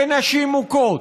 לנשים מוכות,